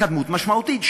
התקדמות משמעותית.